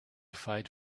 fight